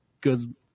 good